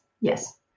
yes